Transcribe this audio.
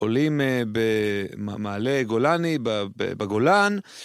עולים אה.. ב.. מ.. מעלה גולני ב.. בגולן.